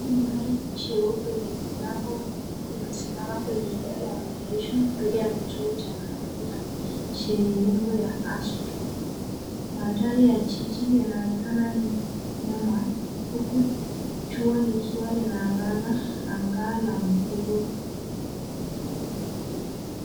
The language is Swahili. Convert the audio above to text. Hili ni gari jeupe lenye milango miwili limesimama kwenye eneo la maegesho mbele ya kituo cha mafuta chenye nembo ya astro . Mandhari ya jiji yanaonekana nyuma huku jua likiwa linaangaza anga la blue .